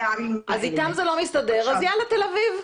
אז איתם זה לא מסתדר אז יאללה תל אביב?